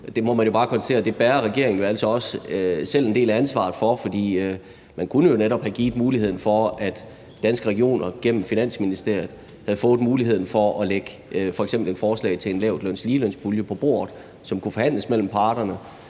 selv bærer en del af ansvaret for, for man kunne jo netop have givet mulighed for, at Danske Regioner gennem Finansministeriet kunne have lagt f.eks. et forslag til en lavtløns- og ligelønspulje på bordet, som kunne forhandles mellem parterne,